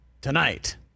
Tonight